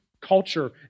culture